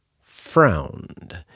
frowned